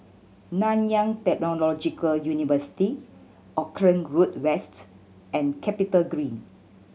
Nanyang Technological University Auckland Road West and CapitaGreen